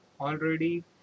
already